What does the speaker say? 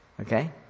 Okay